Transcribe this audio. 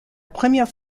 première